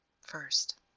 first